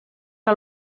que